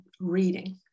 reading